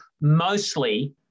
mostly